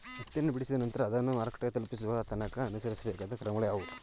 ಹತ್ತಿಯನ್ನು ಬಿಡಿಸಿದ ನಂತರ ಅದನ್ನು ಮಾರುಕಟ್ಟೆ ತಲುಪಿಸುವ ತನಕ ಅನುಸರಿಸಬೇಕಾದ ಕ್ರಮಗಳು ಯಾವುವು?